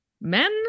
men